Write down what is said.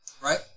right